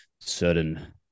certain